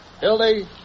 Hildy